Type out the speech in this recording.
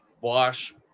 wash